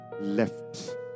left